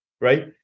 Right